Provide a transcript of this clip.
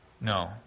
No